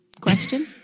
question